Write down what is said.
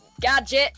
gadget